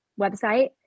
website